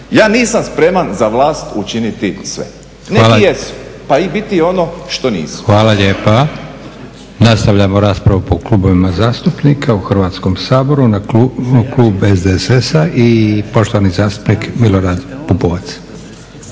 Ja nisam spreman za vlast učiniti sve. Neki jesu. Pa i biti ono što nisu. **Leko, Josip (SDP)** Hvala lijepa. Nastavljamo raspravu po Klubovima zastupnika u Hrvatskom saboru. Imamo klub SDSS-a i poštovani zastupnik Milorad Pupovac.